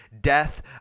death